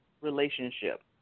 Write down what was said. relationship